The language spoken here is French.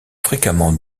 fréquemment